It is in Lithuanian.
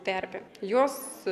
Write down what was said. terpė jos